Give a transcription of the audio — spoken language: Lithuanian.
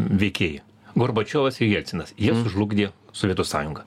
veikėjai gorbačiovas ir jelcinas jiems sužlugdė sovietų sąjungą